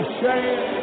shame